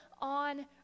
on